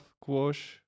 Quash